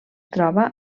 troba